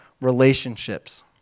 relationships